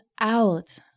out